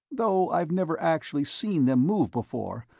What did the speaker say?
though i've never actually seen them move before,